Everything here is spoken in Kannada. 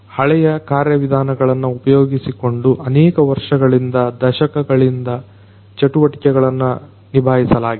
ಹಳೆಯ ಕಾರ್ಯವಿಧಾನಗಳನ್ನ ಉಪಯೋಗಿಸಿಕೊಂಡು ಅನೇಕ ವರ್ಷಗಳಿಂದ ದಶಕಗಳಿಂದ ಚಟುವಟಿಕೆಗಳನ್ನ ನಿಭಾಯಿಸಲಾಗಿದೆ